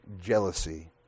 jealousy